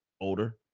older